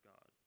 God